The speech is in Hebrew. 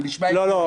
זה נשמע הגיוני?